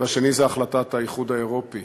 השנייה היא החלטת האיחוד האירופי.